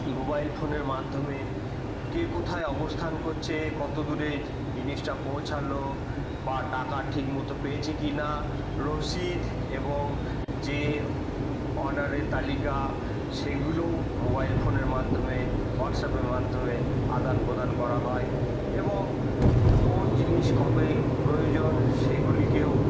mobile ফোনের মাধ্যমে কে কোথায় অবস্থান করছে কতদূরে জিনিসটা পৌঁছালো বা টাকা ঠিক মতো পেয়েছে কিনা রশিদ এবং যে অর্ডারের তালিকা সেগুলোও মোবাইল ফোনের মাধ্যমে হোয়াটসঅ্যাপের মাধ্যমে আদান প্ৰদান করা হয় এবং কোন জিনিস কবে প্রয়োজন সেগুলিকেও